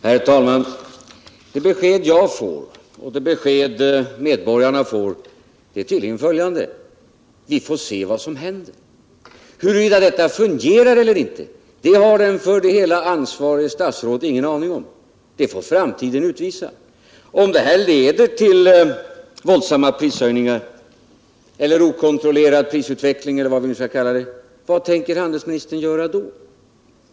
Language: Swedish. Herr talman! Det besked jag får och det besked medborgarna får är tydligen följande: Vi får se vad som händer. Huruvida systemet med anmälningsplikten fungerar eller inte, det har det ansvariga statsrådet ingen aning om. Det får framtiden utvisa. Men om detta leder till våldsamma prishöjningar, okontrollerad prisutveckling eller vad vi nu skall kalla det, vad tänker handelsministern göra då?